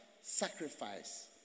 sacrifice